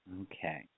Okay